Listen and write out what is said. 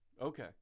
Okay